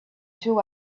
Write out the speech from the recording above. two